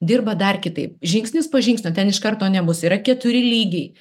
dirba dar kitaip žingsnis po žingsnio ten iš karto nebus yra keturi lygiai